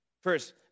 First